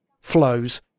flows